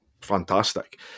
fantastic